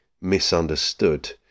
misunderstood